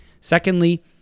Secondly